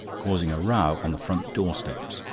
causing a row on the front door-steps,